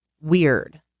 weird